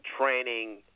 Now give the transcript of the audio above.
training